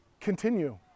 continue